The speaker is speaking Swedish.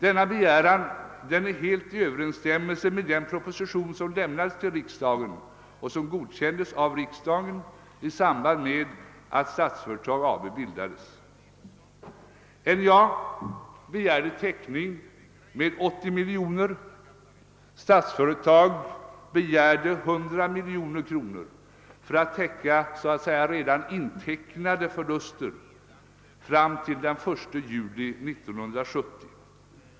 Denna begäran är helt i överensstämmelse med den proposition som lämnades till riksdagen och som godkändes av riksdagen i samband med bildandet av Statsföretag AB. NJA begärde täckning med 80 miljoner kronor, Statsföretag begärde 100 miljoner kronor för att täcka redan »intecknade» förluster fram till den 1 juli 1970.